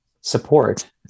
support